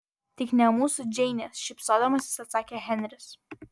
tik ne mūsų džeinės šypsodamasis atsakė henris